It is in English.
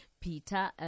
Peter